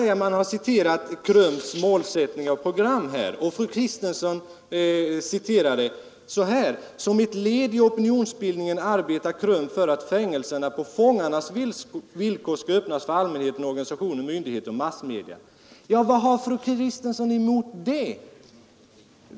Man har citerat KRUM:s målsättning och program här, och fru Kristensson citerade följande: ”Som ett led i opinionsbildningen arbetar KRUM för att fängelserna på fångarnas villkor ska öppnas för allmänheten, organisationer, myndigheter och massmedia.” Ja, vad har fru Kristensson emot det?